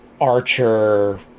Archer